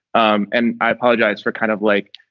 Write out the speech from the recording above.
um and i apologize for kind of like